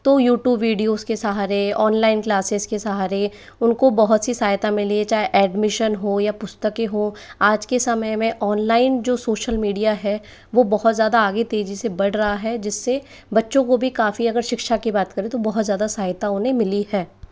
तो YouTube videos के सहारे ऑनलाइन क्लासेज़ के सहारे उन को बहुत सी सहायता मिली है चाहे एडमिशन हो या पुस्तकें हों आज के समय में ऑनलाइन जो सोशल मीडिया है वो बहुत ज़्यादा आगे तेजी से बढ़ रहा है जिससे बच्चों को भी काफ़ी अगर शिक्षा की बात करें तो बहुत ज़्यादा सहायता उन्हें मिली है